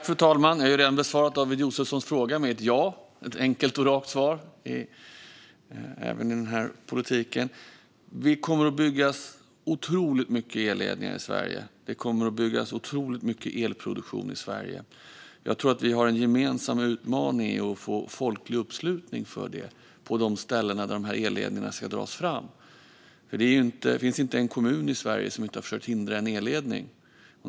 Fru talman! Jag har redan besvarat David Josefssons fråga med ett ja - ett enkelt och rakt svar även i den här politiken. Vi kommer att bygga otroligt mycket elledningar i Sverige. Det kommer att byggas otroligt mycket elproduktion i Sverige. Jag tror att vi har en gemensam utmaning i att få folklig uppslutning för detta på de ställen där de här elledningarna ska dras fram. Det finns inte en kommun i Sverige som inte har försökt hindra en elledning.